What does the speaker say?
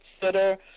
consider